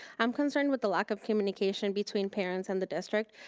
i'm concerned with the lack of communication between parents and the district.